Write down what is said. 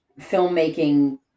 filmmaking